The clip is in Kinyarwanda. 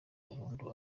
burundu